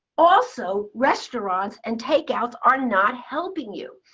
also restaurants and takeout are not helping you.